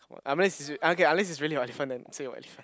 um unless is uh okay unless is really about elephant then say about elephant